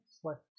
select